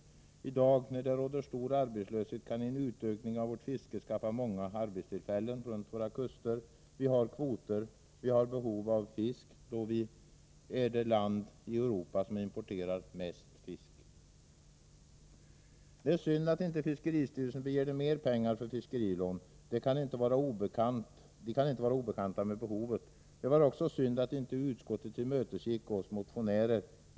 I dag, när det råder stor arbetslöshet, kan en utökning av vårt fiske skaffa många arbetstillfällen runt våra kuster. Vi har kvoter och vi har behov av fisk, då Sverige är det land som importerar mest fisk i Europa. Det är synd att inte fiskeristyrelsen begärde mer pengar för fiskerilån. Styrelsen kan inte vara obekant med behovet. Det var också synd att inte utskottet tillmötesgick oss motionärer.